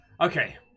Okay